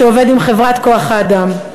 שעובד עם חברת כוח-האדם,